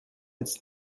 its